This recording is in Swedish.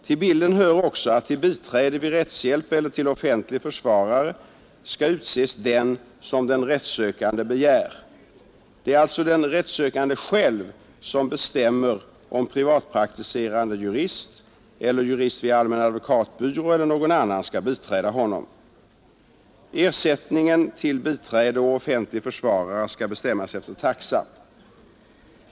Till bilden hör också att till biträde vid rättshjälp eller till offentlig försvarare skall utses den som den rättssökande begär. Det är alltså den rättssökande själv som bestämmer om privatpraktiserande jurist eller jurist vid allmän advokatbyrå eller någon annan skall biträda honom. Ersättningen till biträde och offentlig försvarare skall bestämmas efter taxa.